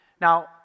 Now